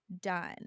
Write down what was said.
done